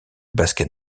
basket